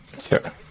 Sure